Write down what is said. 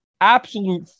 absolute